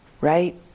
Right